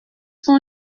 sont